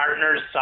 partners